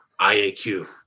IAQ